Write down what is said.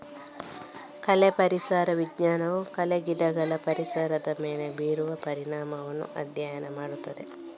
ಕಳೆ ಪರಿಸರ ವಿಜ್ಞಾನವು ಕಳೆ ಗಿಡಗಳು ಪರಿಸರದ ಮೇಲೆ ಬೀರುವ ಪರಿಣಾಮವನ್ನ ಅಧ್ಯಯನ ಮಾಡ್ತದೆ